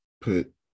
Put